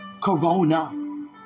Corona